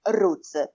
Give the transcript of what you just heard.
roots